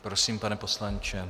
Prosím, pane poslanče.